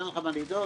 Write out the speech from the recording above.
אין לכם מה לדאוג,